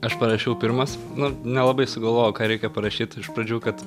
aš parašiau pirmas nu nelabai sugalvojau ką reikia parašyt iš pradžių kad